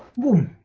warm